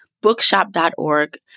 Bookshop.org